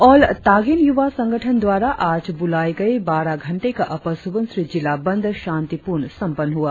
all Tagin युवा संगठन द्वारा आज बुलाए गए बारह घंटे का अपर सुबनसिरी जिला बंद शांतिपूर्ण संपन्न हुआ